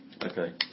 Okay